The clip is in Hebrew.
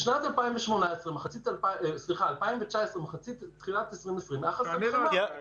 בשנת 2019 ובתחילת 2020 הייתה חסרה חמאה.